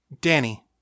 Danny